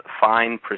fine